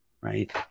right